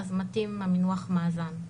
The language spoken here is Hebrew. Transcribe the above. מתאים המינוח מאזן.